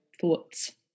thoughts